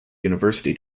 university